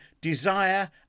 desire